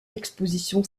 exposition